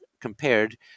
compared